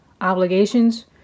obligations